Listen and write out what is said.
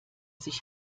sich